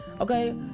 Okay